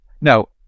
no